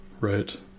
right